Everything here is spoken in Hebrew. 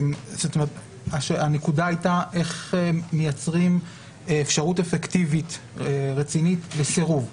הנקודה היתה איך מייצרים אפשרות אפקטיבית רצינית לסירוב.